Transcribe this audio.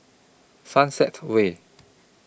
Sunset Way